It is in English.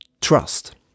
trust